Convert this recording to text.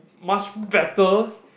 much better